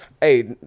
hey